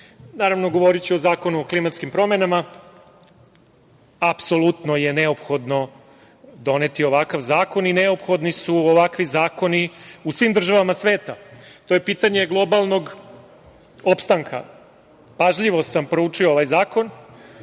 naravno, govoriću o Zakonu o klimatskim promenama. Apsolutno je neophodno doneti ovakav zakon i neophodni su ovakvi zakoni u svim državama sveta. To je pitanje globalnog opstanka. Pažljivo sam proučio ovaj zakon,